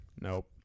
Nope